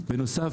בנוסף,